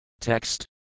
Text